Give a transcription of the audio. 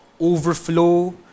overflow